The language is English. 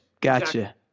Gotcha